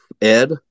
Ed